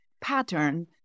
pattern